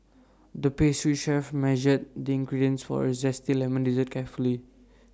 the pastry chef measured the ingredients for A Zesty Lemon Dessert carefully